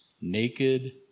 naked